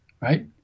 right